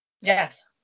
Yes